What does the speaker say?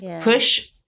push